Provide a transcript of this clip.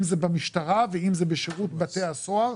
אם זה במשטרה ואם זה בשירות בתי הסוהר,